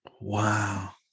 Wow